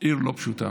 עיר לא פשוטה,